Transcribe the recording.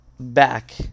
Back